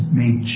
made